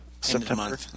september